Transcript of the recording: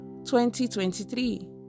2023